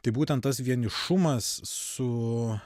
tai būtent tas vienišumas su